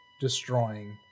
destroying